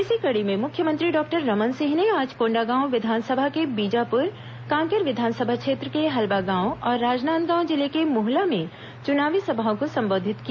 इसी कड़ी में मुख्यमंत्री डॉक्टर रमन सिंह ने आज कोंडागांव विधानसभा के बीजापुर कांकेर विधानसभा क्षेत्र के हल्बा गांव और राजनांदगांव जिले के मोहला में चुनावी सभाओं को संबोधित किया